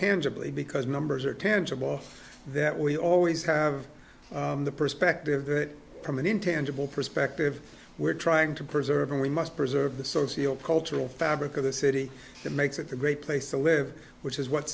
tangibly because numbers are tangible that we always have the perspective from an intangible perspective we're trying to preserve and we must preserve the socio cultural fabric of the city that makes it a great place to live which is what